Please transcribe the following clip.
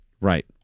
Right